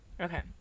okay